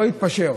לא להתפשר,